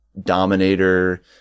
dominator